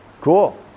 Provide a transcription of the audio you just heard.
Cool